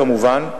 כמובן,